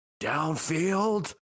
downfield